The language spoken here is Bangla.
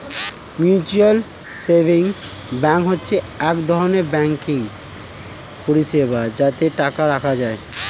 মিউচুয়াল সেভিংস ব্যাঙ্ক হচ্ছে এক ধরনের ব্যাঙ্কিং পরিষেবা যাতে টাকা রাখা যায়